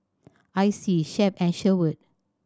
Icey Shep and Sherwood